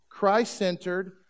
Christ-centered